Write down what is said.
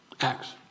Acts